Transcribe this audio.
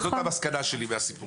זאת המסקנה שלי מהסיפור.